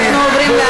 אנחנו עוברים להצבעה.